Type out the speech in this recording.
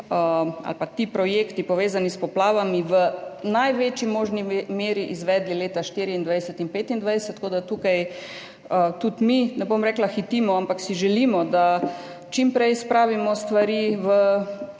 ali pa ti projekti, povezani s poplavami, v največji možni meri izvedli v letih 2024 in 2025, tako da tukaj tudi mi, ne bom rekla hitimo, ampak si želimo, da čim prej spravimo stvari v